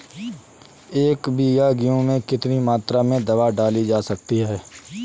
एक बीघा गेहूँ में कितनी मात्रा में दवा डाली जा सकती है?